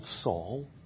Saul